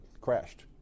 crashed